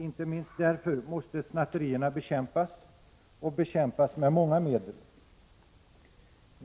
Inte minst därför måste snatterierna bekämpas, med 8 april 1987 många medel.